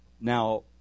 now